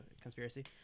conspiracy